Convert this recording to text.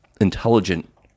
intelligent